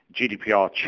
GDPR